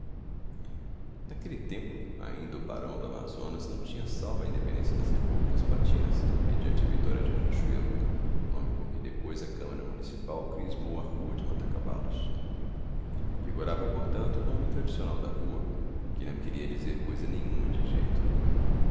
naquele tempo ainda o barão do amazonas não tinha salvo a independência das repúblicas platinas mediante a vitória de riachuelo nome com que depois a câmara municipal crismou a rua de mata cavalos vigorava portanto o nome tradicional da rua que não queria dizer coisa nenhuma de jeito